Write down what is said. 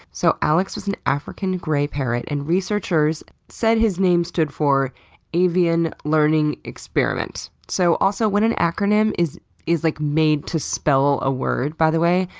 so alex was an african grey parrot and researchers said his name stood for avian learning experiment so also, when an acronym is is like made to spell a word, by the way,